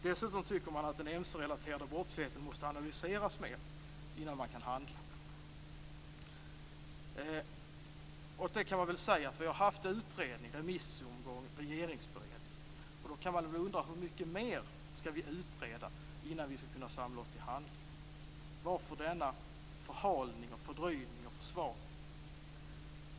Dessutom tycker de att den mc-relaterade brottsligheten måste analyseras mer innan man kan handla. Vi har haft en utredning, en remissomgång och en regeringsberedning. Då kan man undra hur mycket mer vi skall utreda innan vi skall kunna samla oss till handling. Varför denna förhalning, fördröjning och försvagning?